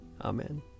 Amen